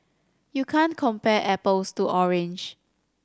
you can't compare apples to orange